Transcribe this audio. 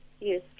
Yes